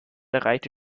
erreichte